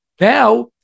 now